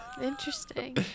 Interesting